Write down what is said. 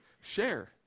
share